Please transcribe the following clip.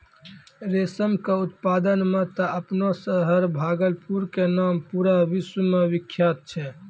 रेशम के उत्पादन मॅ त आपनो शहर भागलपुर के नाम पूरा विश्व मॅ विख्यात छै